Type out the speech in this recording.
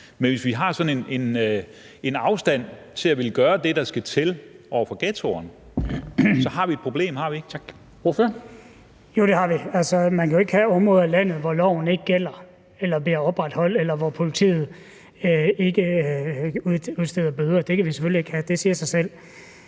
(Henrik Dam Kristensen): Ordføreren. Kl. 14:00 Andreas Steenberg (RV): Jo, det har vi. Man kan jo ikke have områder i landet, hvor loven ikke gælder eller bliver opretholdt, eller hvor politiet ikke udsteder bøder. Det kan vi selvfølgelig ikke have. Det siger sig selv,